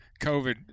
COVID